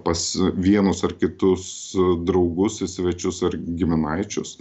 pas vienus ar kitus draugus į svečius ar giminaičius